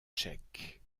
tchèques